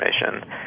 information